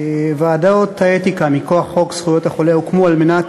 ועדות האתיקה מכוח חוק זכויות החולה הוקמו על מנת